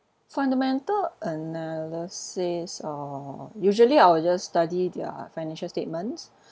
fundamental analysis oh usually I will just study their financial statements